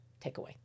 takeaway